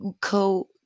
co